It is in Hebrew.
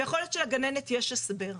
ויכול להיות שלגננת יש הסבר.